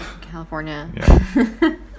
california